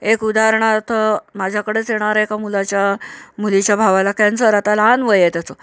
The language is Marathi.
एक उदाहरणार्थ माझ्याकडेच येणाऱ्या एका मुलाच्या मुलीच्या भावाला कॅन्सर आता लहान वय आहे त्याचं